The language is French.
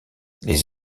les